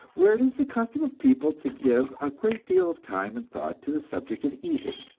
where it is the custom of people to give a great deal of time and thought to the subject of eating.